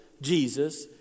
Jesus